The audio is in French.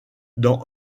dans